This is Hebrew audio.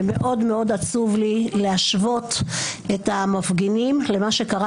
ומאוד עצוב לי להשוות את המפגינים למה שקרה